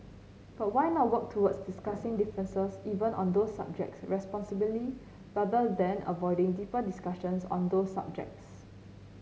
but why not work towards discussing differences even on those subject responsibly rather than avoiding deeper discussions on those subjects